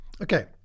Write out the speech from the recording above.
Okay